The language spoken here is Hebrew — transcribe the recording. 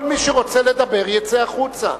כל מי שרוצה לדבר, שיצא החוצה.